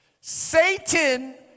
Satan